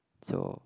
so